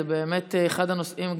זה באמת אחד הנושאים,